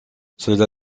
cela